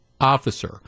officer